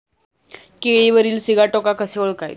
केळीवरील सिगाटोका कसे ओळखायचे?